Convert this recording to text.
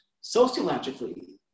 sociologically